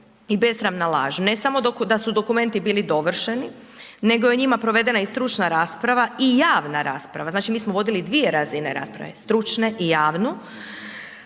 i besramna laž. Ne samo da su dokumenti bili dovršeni, nego je o njima provedena i stručna rasprava i javna rasprava, znači mi smo vodili dvije razine rasprave, stručnu i javnu,